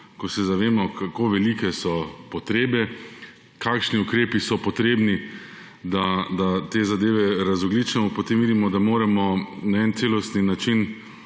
ko se zavemo, kako velike so potrebe, kakšni ukrepi so potrebni, da te zadeve razogljičimo, potem vidimo, da moramo na nek celoten način